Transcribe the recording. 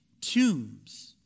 tombs